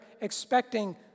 expecting